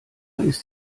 ist